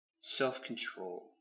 self-control